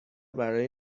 برای